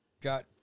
got